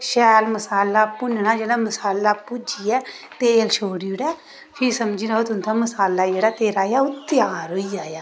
शैल मसाला भुन्नना जिसलै मसाला भुज्जी जाए ते तेल छोड़ी ओड़े फ्ही समझी लैओ मसाला जेहा तेरा ऐ ओह् त्यार होई गेआ